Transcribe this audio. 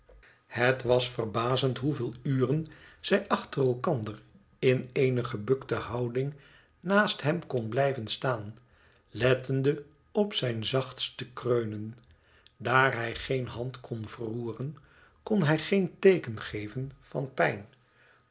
het was verbazend hoeveel uren zij achter elkander in eene gebukte houding naast hem kon blijven staan lettende op zijn zachtste kreunen daar hij geen hand kon verroeren kon hij geen teeken geven van pijn